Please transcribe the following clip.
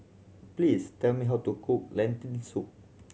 please tell me how to cook Lentil Soup